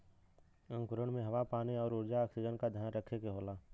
अंकुरण में हवा पानी आउर ऊर्जा ऑक्सीजन का ध्यान रखे के होला